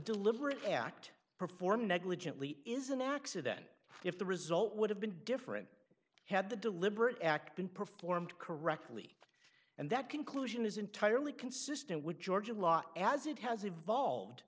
deliberate act performed negligently is an accident if the result would have been different had the deliberate act been performed correctly and that conclusion is entirely consistent with georgia law as it has evolved